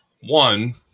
One